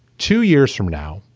two years from now,